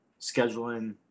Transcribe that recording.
scheduling